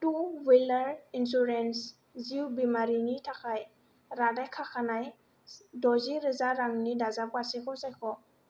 two wheeler insurance जिउ बीमानि थाखाय रादाय खाखानाय द'जि रोजा रांनि दाजाबगासैखौ सायख'